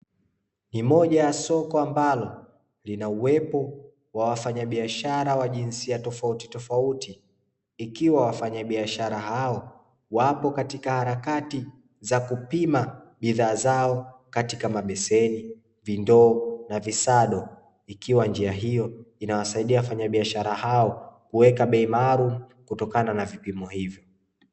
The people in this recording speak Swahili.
Ni moja ya soko ambalo lina uwepo wa wafanya biashara wa jinsia tofautitofauti ikiwa wafanya biashara hao wapo katika harakati za kupima bidhaa zao katika mabeseni, vindoo na visado ikiwa njia hiyo inawasaidia wafanya biashara hao kuweka bei maalumu kutokana na vipimo hivyo